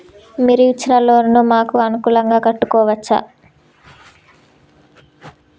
మీరు ఇచ్చిన లోన్ ను మాకు అనుకూలంగా కట్టుకోవచ్చా?